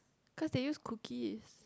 cause they use cookies